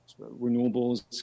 renewables